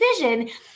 vision